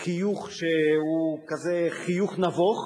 ובחיוך שהוא חיוך נבוך,